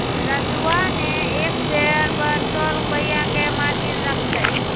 राजूवा ने एक शेयर पर सौ रुपया के मार्जिन रख लय